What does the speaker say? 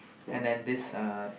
and then this uh